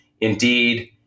Indeed